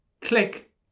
Click